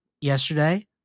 Yesterday